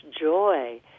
joy